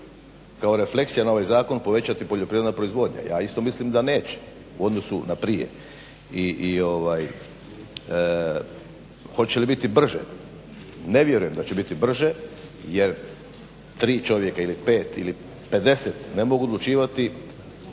kao refleksija na ovaj zakon povećati poljoprivredna proizvodnja? Ja isto mislim da neće u odnosu na prije. I hoće li biti brže. Ne vjerujem da će biti brže jer tri čovjeka ili pet ili pedeset ne mogu odlučivati